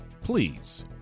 Please